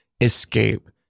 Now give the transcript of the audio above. escape